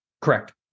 correct